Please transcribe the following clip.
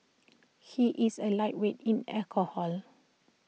he is A lightweight in alcohol